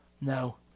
No